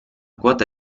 quota